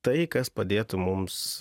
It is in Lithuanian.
tai kas padėtų mums